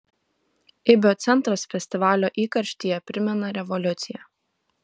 ibio centras festivalio įkarštyje primena revoliuciją